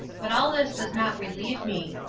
but all this does not relieve me.